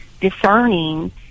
discerning